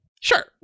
sure